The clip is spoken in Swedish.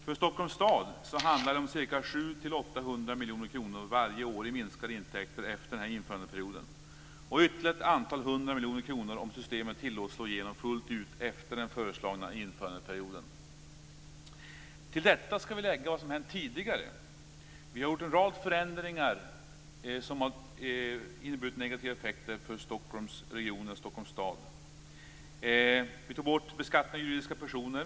För Stockholms stad handlar det om ca 700-800 miljoner kronor varje år i minskade intäkter efter införandeperioden och ytterligare ett antal hundra miljoner kronor om systemet tillåts slå igenom fullt ut efter den föreslagna införandeperioden. Till detta skall vi lägga det som hänt tidigare. Vi har gjort en rad förändringar som har inneburit negativa effekter för Stockholmsregionen och Stockholms stad. Vi tog bort beskattningen av juridiska personer.